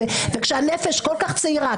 כשהנפש כל-כך צעירה,